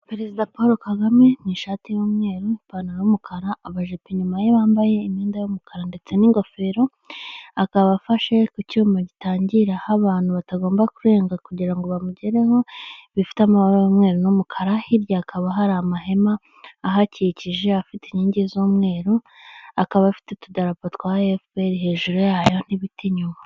Perezida Poro kagame mu ishati y'umweru, ipantaro y'umukara, abajepe inyuma ye bambaye imyenda y'umukara ndetse n'ingofero, akaba afashe ku cyuma gitangira aho abantu batagomba kurenga kugira ngo bamugeraho bifite amabara y'umweru n'umukara, hirya hakaba hari amahema ahakikije afite inkingoi z'umweru, akaba afite utudarapo twa efuperi n'ibiti inyuma.